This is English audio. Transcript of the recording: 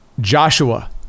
Joshua